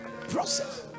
Process